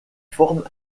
forment